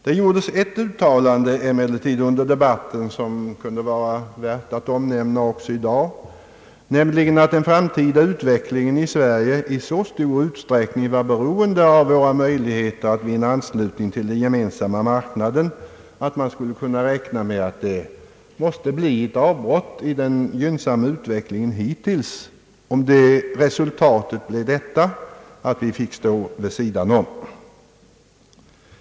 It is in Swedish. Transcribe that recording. Det gjordes emellertid ett uttalande under debatten som kunde vara värt att omnämna även i dag, nämligen att den framtida utvecklingen i Sverige i så stor utsträckning var beroende av våra möjligheter att vinna anslutning till den Gemensamma marknaden, att man måste räkna med ett avbrott i hittillsvarande gynnsamma utveckling, om vi finge stå vid sidan om.